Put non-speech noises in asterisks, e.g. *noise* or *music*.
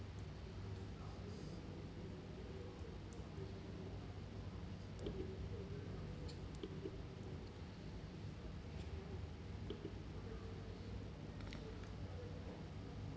*breath*